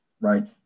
right